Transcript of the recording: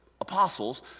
apostles